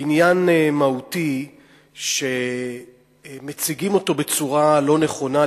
עניין מהותי שמציגים אותו בצורה לא נכונה,